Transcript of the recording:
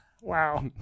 Wow